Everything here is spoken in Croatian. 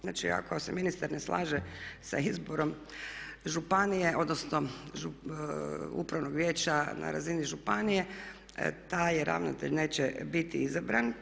Znači, ako se ministar ne slaže sa izborom županije odnosno Upravnog vijeća na razini županije taj ravnatelj neće biti izabran.